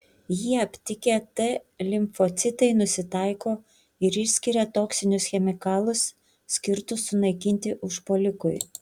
jį aptikę t limfocitai nusitaiko ir išskiria toksinius chemikalus skirtus sunaikinti užpuolikui